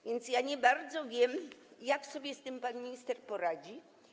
Więc ja nie bardzo wiem, jak sobie z tym pan minister poradzi.